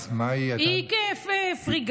אז מה היא, Free Gaza.